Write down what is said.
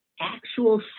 actual